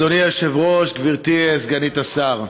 אדוני היושב-ראש, גברתי סגנית השר,